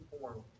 form